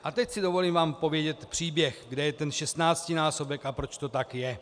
A teď si dovolím vám povědět příběh, kde je ten šestnáctinásobek a proč to tak je.